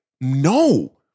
no